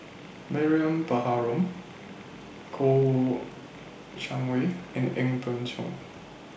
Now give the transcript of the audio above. Mariam Baharom Kouo Shang Wei and Ang Peng Siong